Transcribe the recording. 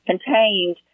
contained